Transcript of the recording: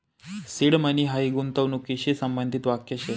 seed money हायी गूंतवणूकशी संबंधित वाक्य शे